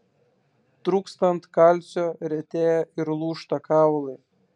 trūkstant kalcio retėja ir lūžta kaulai